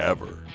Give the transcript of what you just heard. ever!